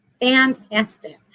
fantastic